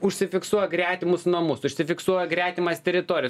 užsifiksuoja gretimus namus užsifiksuoja gretimas teritorijas